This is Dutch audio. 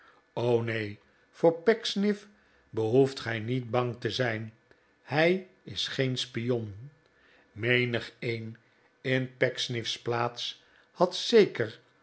o neen voor pecksniff behoeft gij niet bang te zijn hij is geen spion menigeen in pecksniff's plaats had zeker